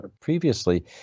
previously